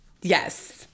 yes